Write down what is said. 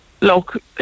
look